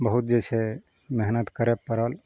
बहुत जे छै मेहनत करए पड़ल